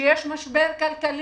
כשיש משבר כלכלי